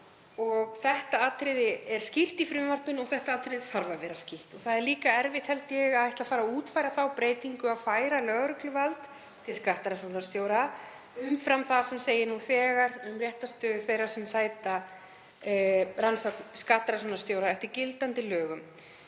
Það atriði er skýrt í frumvarpinu og það þarf að vera skýrt. Það er líka erfitt, held ég, að ætla að fara að útfæra þá breytingu að færa lögregluvald til skattrannsóknarstjóra umfram það sem segir nú þegar um réttarstöðu þeirra sem sæta rannsókn skattrannsóknarstjóra eftir gildandi lögum.